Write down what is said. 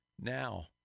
now